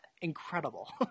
incredible